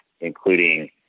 including